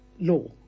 law